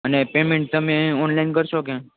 અને પેમેન્ટ તમે ઓનલાઈન કરશો કે